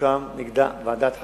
תוקם נגדה ועדת חקירה.